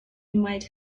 might